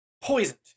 poisoned